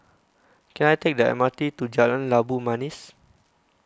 can I take the M R T to Jalan Labu Manis